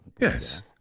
Yes